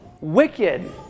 wicked